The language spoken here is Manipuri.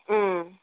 ꯎꯝ